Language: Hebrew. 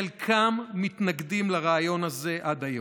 חלקם מתנגדים לרעיון הזה עד היום.